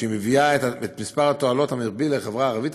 המביאה את מספר התועלות המרבי לחברה הערבית,